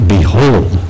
Behold